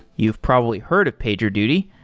you've probably heard of pagerduty.